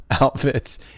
outfits